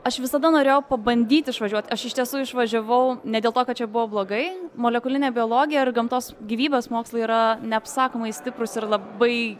aš visada norėjau pabandyt išvažiuot aš iš tiesų išvažiavau ne dėl to kad čia buvo blogai molekulinė biologija ir gamtos gyvybės mokslai yra neapsakomai stiprūs ir labai